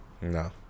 No